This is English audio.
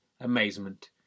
amazement